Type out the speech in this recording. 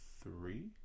three